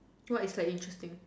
what is a interesting